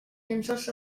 llençols